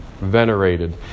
venerated